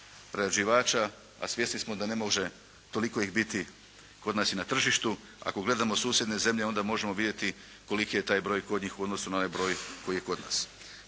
zemlje onda možemo vidjeti kod nas i na tržištu. Ako gledamo susjedne zemlje onda možemo vidjeti koliki je taj broj kod njih u odnosu na onaj broj koji je kod nas.